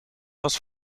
was